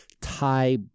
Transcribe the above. Thai